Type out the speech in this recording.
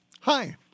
Hi